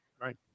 Right